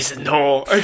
No